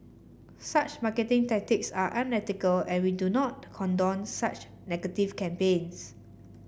such marketing tactics are unethical and we do not condone such negative campaigns